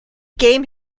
game